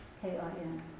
K-I-N